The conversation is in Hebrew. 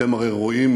אתם הרי רואים